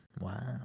Wow